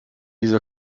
seine